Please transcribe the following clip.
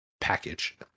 package